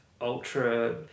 ultra